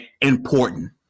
important